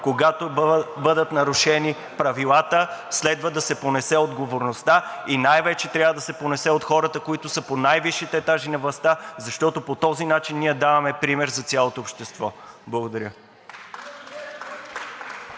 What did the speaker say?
Когато бъдат нарушени правилата, следва да се понесе отговорността и най-вече трябва да се понесе от хората, които са по най-висшите етажи на властта, защото по този начин ние даваме пример за цялото общество. Благодаря.